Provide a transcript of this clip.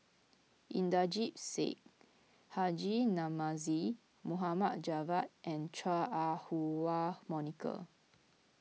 Inderjit Singh Haji Namazie Mohammed Javad and Chua Ah Huwa Monica